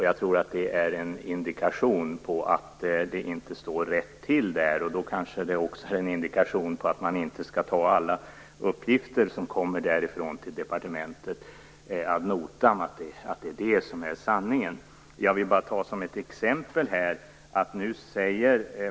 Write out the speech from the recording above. Jag tror att det är en indikation på att det inte står rätt till där, och det är då kanske också en indikation på att man inte skall ta alla uppgifter som kommer därifrån till departementet ad notam och anta att det är det som är sanningen. Jag vill bara ta ett exempel här.